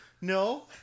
no